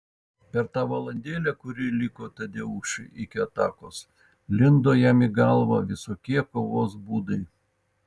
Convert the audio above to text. per tą valandėlę kuri liko tadeušui iki atakos lindo jam į galvą visokie kovos būdai